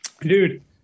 Dude